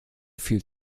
viel